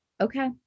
okay